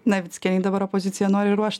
navickienei dabar opozicija nori ruošt